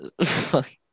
fuck